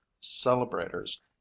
celebrators